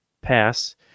pass